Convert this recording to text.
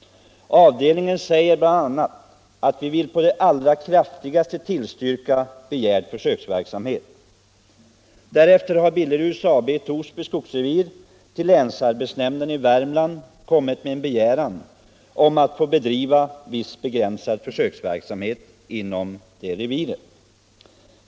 Avdelningen säger bl.a. att den på det allra kraftigaste vill tillstyrka begärd försöksverksamhet. Billeruds AB i Torsby skogsrevir har till länsarbetsnämnden i Värmlands län inkommit med en begäran om att få bedriva viss begränsad försöksverksamhet inom ifrågavarande revir.